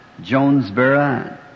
Jonesboro